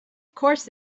course